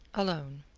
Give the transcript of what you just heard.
alone,